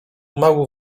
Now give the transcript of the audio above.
mały